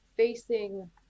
facing